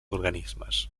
organismes